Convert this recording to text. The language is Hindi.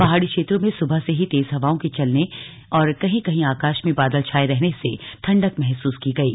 पहाड़ी क्षेत्रों में सुबह से ही तेज हवाओं के चलने और कहीं कहीं आकाश में बादल छाये रहने से ठंडक महसूस की गयी